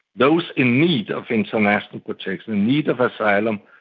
those in need of international protection, in need of asylum,